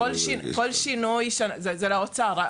זה לאוצר.